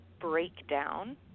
breakdown